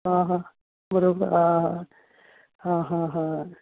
आं हां बरोबर आं आं हां हां हां